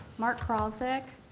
mark klausik,